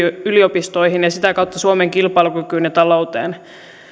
yliopistoihin ja sitä kautta suomen kilpailukykyyn ja talouteen